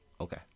Okay